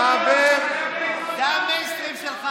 רבנים, אתה ממציא.